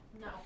No